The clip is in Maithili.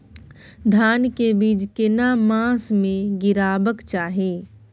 धान के बीज केना मास में गीराबक चाही?